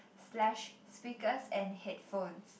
slash speakers and headphones